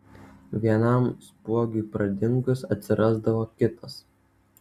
vienam spuogui pradingus atsirasdavo kitas